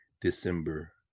December